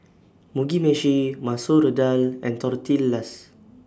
Mugi Meshi Masoor Dal and Tortillas